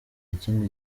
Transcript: ikindi